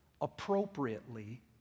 Appropriately